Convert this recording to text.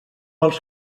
els